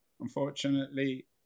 Unfortunately